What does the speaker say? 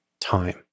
time